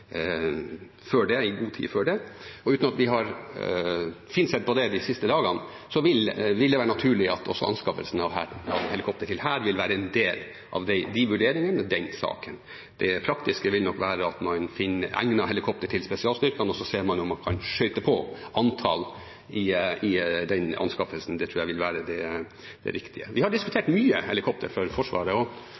før det. Uten at vi har finsett på det de siste dagene, vil det være naturlig at også anskaffelsen av helikopter til Hæren vil være en del av de vurderingene og den saken. Det praktiske vil nok være at man finner egnet helikopter til spesialstyrkene, og så ser man om man kan skjøte på med et antall i den anskaffelsen. Det tror jeg vil være det riktige. Vi har diskutert mye helikopter til Forsvaret. Veldig mange av behovene for